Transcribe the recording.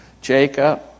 Jacob